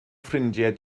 ffrindiau